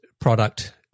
product